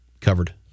covered